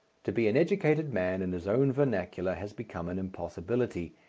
to be an educated man in his own vernacular has become an impossibility,